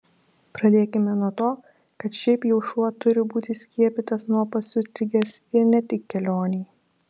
pradėkime nuo to kad šiaip jau šuo turi būti skiepytas nuo pasiutligės ir ne tik kelionei